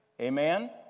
Amen